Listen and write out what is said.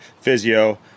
physio